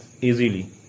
Easily